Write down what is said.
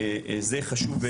זה חשוב.